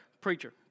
preacher